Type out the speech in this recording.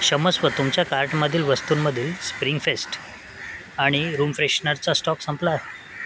क्षमस्व तुमच्या कार्टमधील वस्तूंमधील स्प्रिंग फेस्ट आणि रूम फ्रेशनरचा स्टॉक संपला